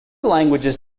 languages